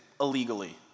illegally